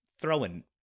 throwing